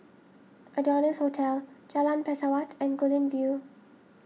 Adonis Hotel Jalan Pesawat and Guilin View